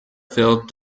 filled